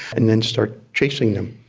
and then start chasing them.